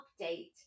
update